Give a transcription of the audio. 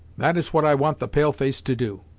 that is what i want the pale-face to do.